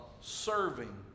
serving